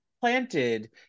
planted